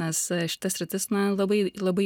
nes šita sritis na labai labai